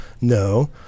no